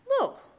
Look